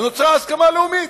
בהיקף גדול יותר,